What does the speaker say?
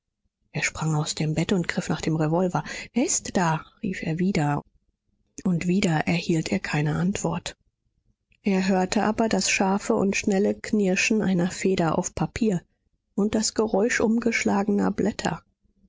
er sprang aus dem bett und griff nach dem revolver wer ist da rief er wieder und wieder erhielt er keine antwort er hörte aber das scharfe und schnelle knirschen einer feder auf papier und das geräusch umgeschlagener blätter